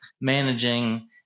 managing